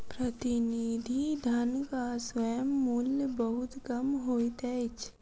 प्रतिनिधि धनक स्वयं मूल्य बहुत कम होइत अछि